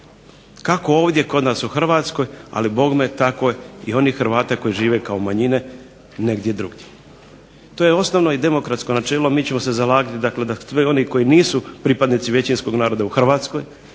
kako ovdje kod nas u Hrvatskoj ali bogme tako i onih Hrvata koji žive kao manjine negdje drugdje. To je osnovno i demokratsko načelo. Mi ćemo se zalagati dakle da svi oni koji nisu pripadnici većinskog naroda u Hrvatskoj